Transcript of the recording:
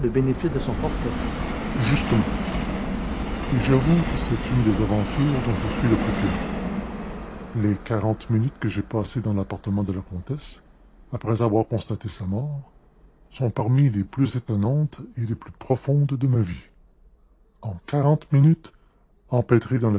bénéfice de son forfait justement et j'avoue que c'est une des aventures dont je suis le plus fier les quarante minutes que j'ai passées dans l'appartement de la comtesse après avoir constaté sa mort sont parmi les plus étonnantes et les plus profondes de ma vie en quarante minutes empêtré dans